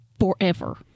forever